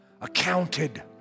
accounted